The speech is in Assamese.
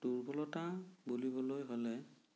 দুৰ্বলতা বুলিবলৈ হ'লে